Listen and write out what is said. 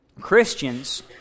Christians